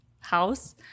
house